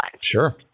Sure